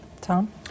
Tom